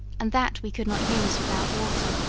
and that we could not use without water.